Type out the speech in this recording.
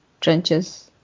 trenches